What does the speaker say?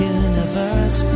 universe